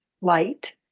light